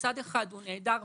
שמצד אחד הוא נעדר וטוב,